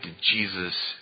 Jesus